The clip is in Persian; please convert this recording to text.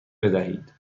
بدهید